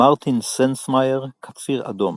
מרטין סנסמאייר - "קציר אדום".